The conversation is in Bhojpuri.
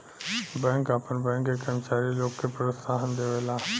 बैंक आपन बैंक के कर्मचारी लोग के प्रोत्साहन देवेला